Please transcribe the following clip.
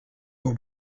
aux